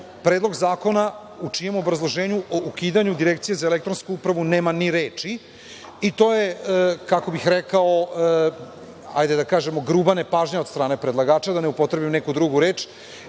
Predlog zakona u čijem obrazloženju o ukidanju Direkcije za elektronsku upravu nema ni reči, i to je, kako bih rekao, gruba nepažnja od strane predlagača, da ne upotrebim neku drugu reč,